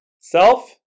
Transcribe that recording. Self